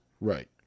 right